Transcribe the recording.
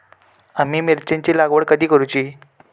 आम्ही मिरचेंची लागवड कधी करूची?